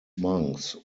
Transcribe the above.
monks